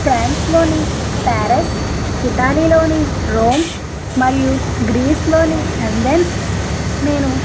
ప్రాన్స్లోని Paris ఇటలీలోని Rome మరియు గ్రీస్లోని ఎంబెన్స్ నేను